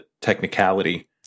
technicality